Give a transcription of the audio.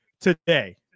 today